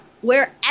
wherever